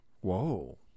Whoa